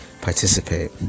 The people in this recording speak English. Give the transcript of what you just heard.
participate